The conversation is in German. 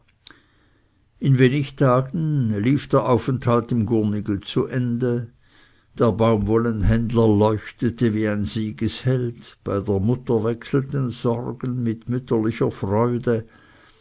in wenig tagen lief der aufenthalt im gurnigel zu ende der baumwollenhändler leuchtete wie ein siegesheld bei der mutter wechselten sorgen mit mütterlicher freude